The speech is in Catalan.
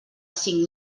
cinc